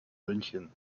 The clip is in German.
münchen